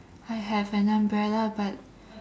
I have an umbrella but